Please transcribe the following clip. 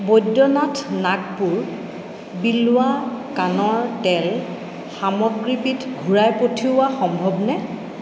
বৈদ্যনাথ নাগপুৰ বিলৱা কাণৰ তেল সামগ্ৰীবিধ ঘূৰাই পঠিওৱা সম্ভৱনে